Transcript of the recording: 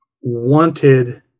wanted